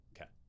Okay